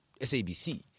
SABC